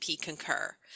Concur